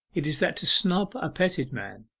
it is that to snub a petted man,